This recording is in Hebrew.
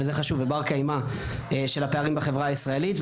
זה חשוב של הפערים בחברה הישראלית,